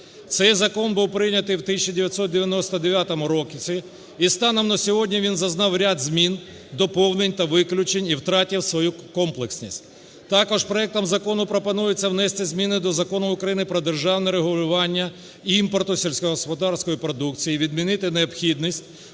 Цей закон був прийнятий у 1999 році. І станом на сьогодні він зазнав ряд змін, доповнень та виключень і втратив свою комплексність. Також проектом закону пропонується внести зміни до Закону України "Про державне регулювання імпорту сільськогосподарської продукції", відмінити необхідність